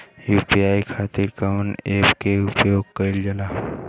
UPI खातीर कवन ऐपके प्रयोग कइलजाला?